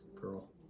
girl